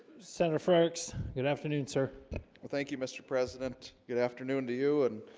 senator frank's good afternoon sir well thank you mr. president good afternoon to you and